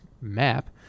map